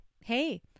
hey